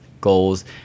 goals